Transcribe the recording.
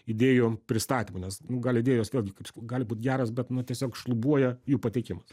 idėjų pristatymu nes nu gali idėjos vėlgi kaip sakau gali būti geros bet nu tiesiog šlubuoja jų pateikimas